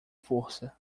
força